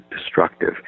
destructive